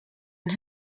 and